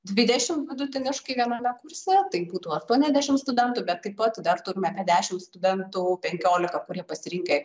dvidešim vidutiniškai viename kurse tai būtų aštuoniasdešim studentų bet taip pat dar turime apie dešim studentų penkiolika kurie pasirinkę